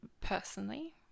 personally